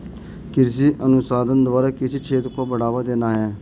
कृषि अनुसंधान द्वारा कृषि क्षेत्र को बढ़ावा देना है